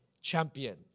champion